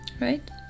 right